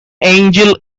angel